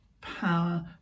power